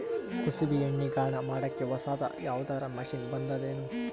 ಕುಸುಬಿ ಎಣ್ಣೆ ಗಾಣಾ ಮಾಡಕ್ಕೆ ಹೊಸಾದ ಯಾವುದರ ಮಷಿನ್ ಬಂದದೆನು?